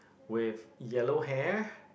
with yellow hair